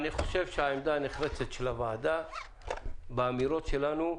אני חושב שהעמדה הנחרצת של הוועדה באמירות שלנו,